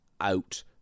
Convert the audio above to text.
out